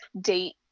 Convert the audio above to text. date